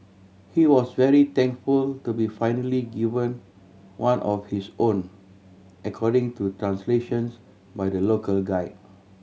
he was very thankful to be finally given one of his own according to translations by the local guide